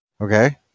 Okay